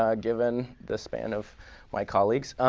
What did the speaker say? um given the span of my colleagues.